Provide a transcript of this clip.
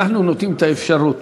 אנחנו נותנים את האפשרות